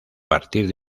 partir